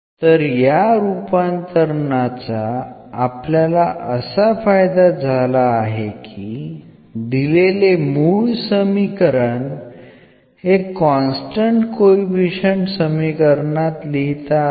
तर या रूपांतरणाचा आपल्याला असा फायदा झाला आहे की दिलेले मूळ समीकरण हे कॉन्स्टन्ट कोइफिशिअंट समीकरणात लिहिता आले